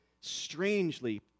strangely